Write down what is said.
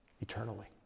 eternally